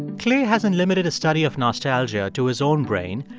clay hasn't limited his study of nostalgia to his own brain.